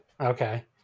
Okay